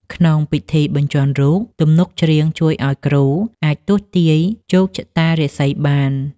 ក្នុងពិធីបញ្ជាន់រូប ទំនុកច្រៀងជួយឱ្យគ្រូអាចទស្សន៍ទាយជោគជតារាសីបាន។